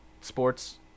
sports